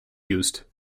used